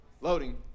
loading